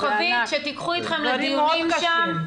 שמתי כוכבית שתיקחו איתכם לדיונים שם,